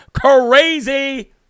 crazy